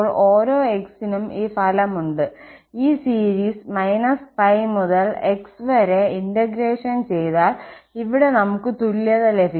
ഓരോ x നും ഈ ഫലം ഉണ്ട് ഈ സീരിസ് −π മുതൽ x വരെ ഇന്റഗ്രേഷൻ ചെയ്താൽ ഇവിടെ നമുക്ക് തുല്യത ലഭിക്കും